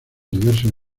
diversos